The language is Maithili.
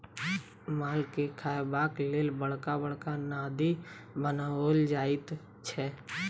मालके खयबाक लेल बड़का बड़का नादि बनाओल जाइत छै